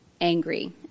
angry